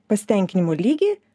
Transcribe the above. pasitenkinimo lygį